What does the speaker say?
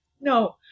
no